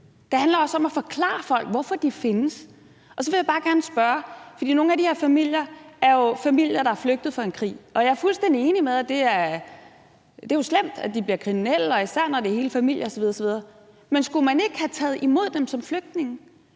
Det handler også om at forklare folk, hvorfor de findes. Nogle af de her familier er jo familier, der er flygtet fra en krig, og jeg er fuldstændig enig i, at det er slemt, at de bliver kriminelle, og især når det er hele familier osv. osv., men skulle man ikke have taget imod dem som flygtninge?